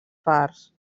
parts